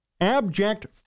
Abject